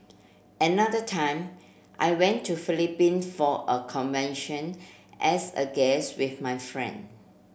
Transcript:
another time I went to Philippine for a convention as a guest with my friend